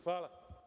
Hvala.